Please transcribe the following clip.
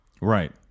Right